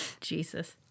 jesus